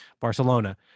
Barcelona